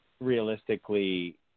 Realistically